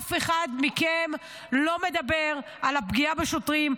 ואף אחד מכם לא מדבר על הפגיעה בשוטרים,